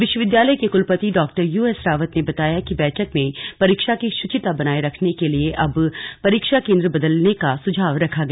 विश्वविद्यालय के कुलपति डा यूएस रावत ने बताया कि बैठक में परीक्षा की शुचिता बनाए रखने के लिए अब परीक्षा केंद्र बदलने का सुझाव रखा गया